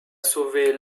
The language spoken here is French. sauver